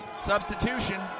Substitution